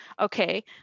Okay